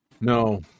No